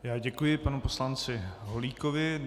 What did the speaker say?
Já děkuji panu poslanci Holíkovi.